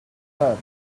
guitar